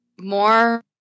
more